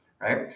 right